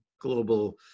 global